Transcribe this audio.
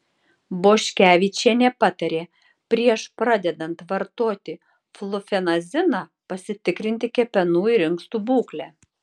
boškevičienė patarė prieš pradedant vartoti flufenaziną pasitikrinti kepenų ir inkstų būklę